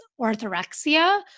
orthorexia